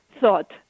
thought